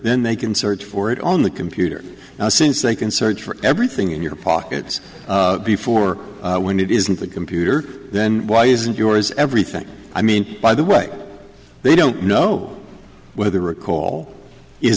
then they can search for it on the computer now since they can search for everything in your pockets before when it isn't the computer then why isn't yours everything i mean by the way they don't know where the recall is